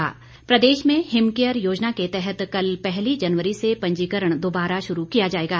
हिमकेयर प्रदेश में हिमकेयर योजना के तहत कल पहली जनवरी से पंजीकरण दोबारा शुरू किया जाएगा